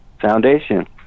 Foundation